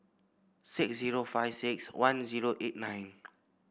six zero five six one zero eight nine